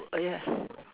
oh ya